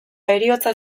heriotza